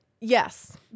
Yes